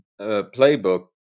playbook